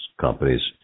companies